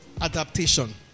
adaptation